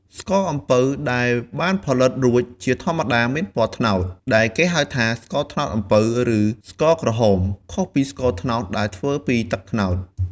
ស្ករអំពៅដែលបានផលិតរួចជាធម្មតាមានពណ៌ត្នោត ដែលគេហៅថា ស្ករត្នោតអំពៅ ឬ ស្ករក្រហម ខុសពីស្ករត្នោតដែលធ្វើពីទឹកត្នោត។